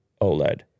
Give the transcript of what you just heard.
OLED